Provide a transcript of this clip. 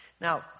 Now